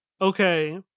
okay